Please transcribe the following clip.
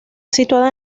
situada